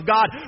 God